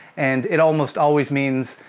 and it almost always means,